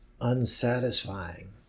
unsatisfying